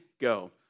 Go